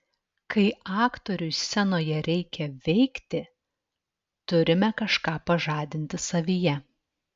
kai aktoriui scenoje reikia veikti turime kažką pažadinti savyje